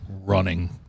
running